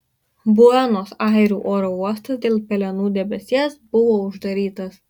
buenos airių oro uostas dėl pelenų debesies buvo uždarytas